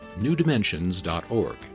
newdimensions.org